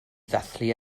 ddathlu